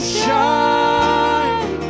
shine